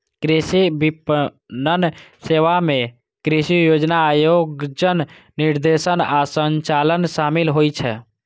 कृषि विपणन सेवा मे कृषि योजना, आयोजन, निर्देशन आ संचालन शामिल होइ छै